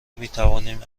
میتوانیم